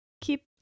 keep